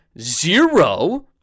zero